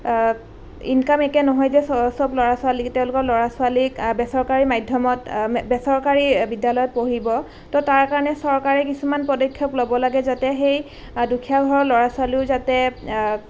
income একেই নহয় যে চ সব ল'ৰা ছোৱালী তেওঁলোকৰ ল'ৰা ছোৱালীক বেচৰকাৰী মাধ্যমত বেচৰকাৰী বিদ্যালয়ত পঢ়িব তো তাৰ কাৰণে চৰকাৰে কিছুমান পদক্ষেপ ল'ব লাগে যাতে সেই দুখীয়া ঘৰৰ ল'ৰা ছোৱালীও যাতে